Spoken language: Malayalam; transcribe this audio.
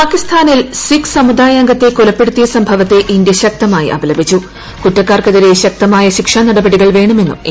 പാകിസ്ഥാനിൽ സിഖ് സമുദായാംഗത്തെ കൊലപ്പെടുത്തിയ സംഭവത്തെ ഇന്ത്യ ശക്തമായി അപലപിച്ചു കുറ്റക്കാർക്കെതിരെ ശക്തമായ ശിക്ഷാ നടപടികൾ വേണമെന്നും ഇന്ത്യ